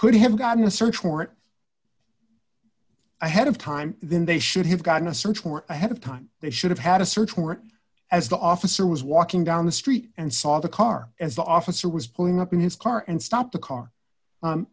could have gotten a search warrant ahead of time then they should have gotten a search more ahead of time they should have had a search warrant as the officer was walking down the street and saw the car as the officer was pulling up in his car and stopped the car